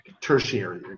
tertiary